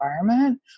environment